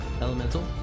elemental